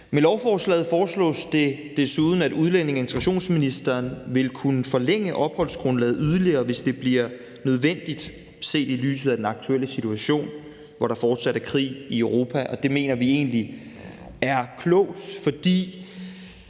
Med lovforslaget foreslås det desuden, at udlændinge- og integrationsministeren vil kunne forlænge opholdsgrundlaget yderligere, hvis det bliver nødvendigt set i lyset af den aktuelle situation, hvor der fortsat er krig i Europa. Det mener vi egentlig er klogt, fordi